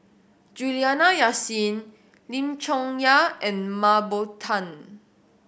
Juliana Yasin Lim Chong Yah and Mah Bow Tan